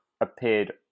appeared